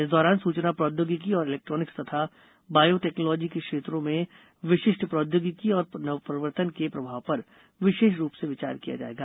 इस दौरान सूचना प्रोद्यौगिकी और इलेक्ट्रॉनिक्स तथा बायो टेक्नॉलाजी के क्षेत्रों में विशिष्ठ प्रोद्यौगिकी और नवप्रवर्तन के प्रभाव पर विशेष रूप से विचार किया जायेगा